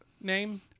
name